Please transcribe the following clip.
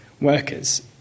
workers